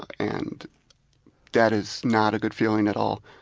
and that is not a good feeling at all.